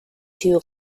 two